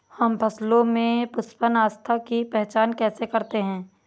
हम फसलों में पुष्पन अवस्था की पहचान कैसे करते हैं?